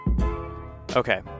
Okay